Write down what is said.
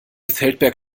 feldberg